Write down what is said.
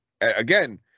again